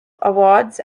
awards